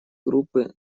группы